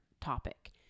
topic